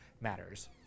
matters